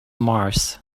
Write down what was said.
mars